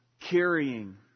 carrying